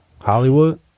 Hollywood